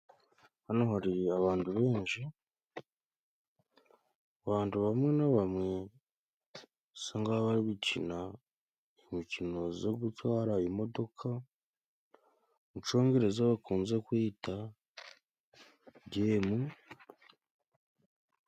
Hano hari abantu benshi. Bantu bamwe na bamwe usanga bari gukina umukino zo gutwara imodoka , mucongereza bakunze kwita gemu.